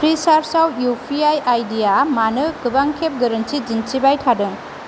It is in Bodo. फ्रिचार्जआव U P I I D आ मानो गोबांखेब गोरोन्थि दिन्थिबाय थादों